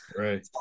Right